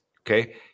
Okay